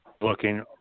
Looking